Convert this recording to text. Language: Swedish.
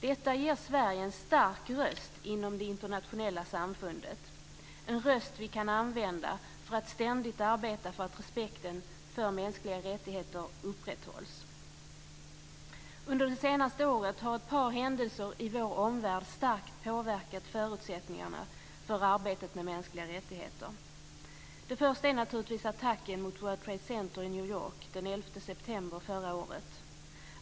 Detta ger Sverige en stark röst inom det internationella samfundet, en röst vi kan använda för att ständigt arbeta för att respekten för mänskliga rättigheter upprätthålls. Under det senaste året har ett par händelser i vår omvärld starkt påverkat förutsättningarna för arbetet med mänskliga rättigheter. Det första är naturligtvis attacken mot World Trade Center i New York den 11 september förra året.